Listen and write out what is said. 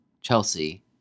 Chelsea